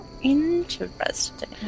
interesting